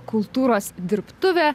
kultūros dirbtuvė